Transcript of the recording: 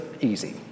easy